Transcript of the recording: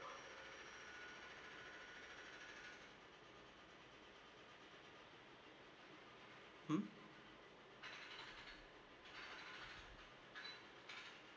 !huh!